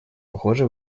похоже